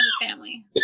family